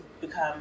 become –